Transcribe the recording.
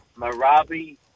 Marabi